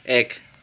এক